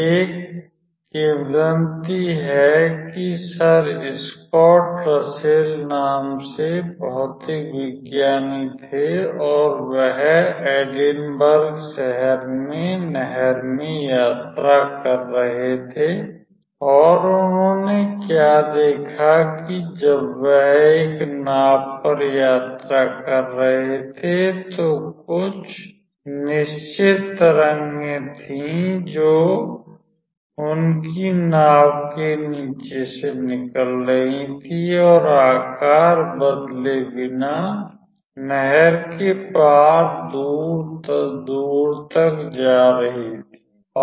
एक किंवदंती है कि सर स्कॉट रसेल नाम से भौतिक विज्ञानी थे और वह एडिनबर्ग शहर में नहर में यात्रा कर रहे थे और उन्होने क्या देखा कि जब वह एक नाव पर यात्रा कर रहे थे तो कुछ निश्चित तरंगें थीं जो उनकी नाव के नीचे से निकल रही थीं और आकार बदले बिना नहर के पार दूर दूर तक जा रही थीं